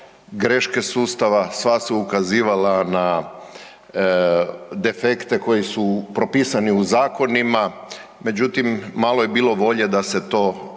greške sustava, sva su ukazivala na defekte koji su propisani u zakonima, međutim malo je bilo volje da se to ispravi.